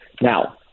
Now